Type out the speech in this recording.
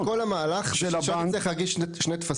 אתה מבקש שאני אקים את כל המהלך בשביל שאתה לא תצטרך להגיש שני טפסים?